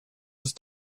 ist